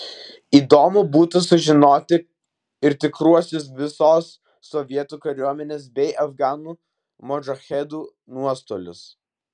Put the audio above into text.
įdomu būtų sužinoti ir tikruosius visos sovietų kariuomenės bei afganų modžahedų nuostolius